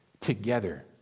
Together